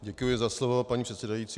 Děkuji za slovo, paní předsedající.